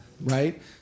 right